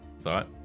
Thought